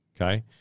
Okay